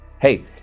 Hey